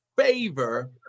favor